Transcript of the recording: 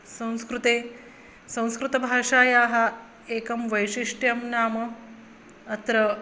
संस्कृते संस्कृतभाषायाः एकं वैशिष्ट्यं नाम अत्र